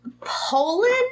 Poland